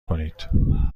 کنید